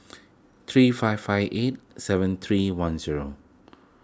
three five five eight seven three one zero